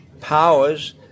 powers